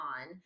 on